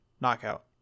knockout